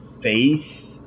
face